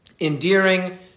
endearing